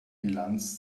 bilanz